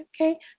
okay